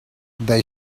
they